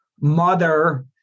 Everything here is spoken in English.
mother